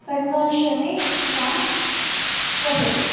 कण्वाश्रमे सा वसति